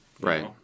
Right